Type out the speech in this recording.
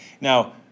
Now